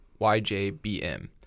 YJBM